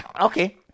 Okay